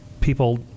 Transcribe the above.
people